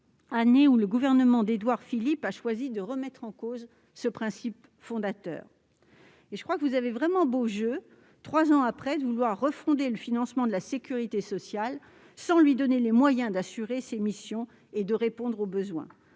année où le gouvernement d'Édouard Philippe a choisi de remettre en cause ce principe fondateur. On a donc beau jeu, trois ans après, de prétendre refonder le financement de la sécurité sociale sans lui donner les moyens d'assurer ses missions et de répondre aux besoins.